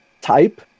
type